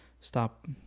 stop